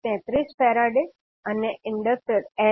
333 farad અને L 0